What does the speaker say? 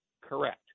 Correct